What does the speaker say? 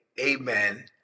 amen